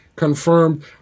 confirmed